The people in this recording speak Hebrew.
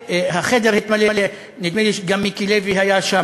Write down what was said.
החדר התמלא, נדמה לי שגם מיקי לוי היה שם